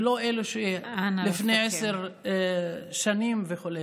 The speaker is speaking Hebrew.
ולא אלה שלפני עשר שנים וכו'.